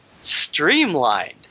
streamlined